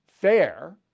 fair